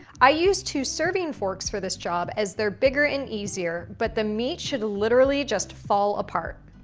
i use two serving forks for this job as they're bigger and easier but the meat should literally, just fall apart.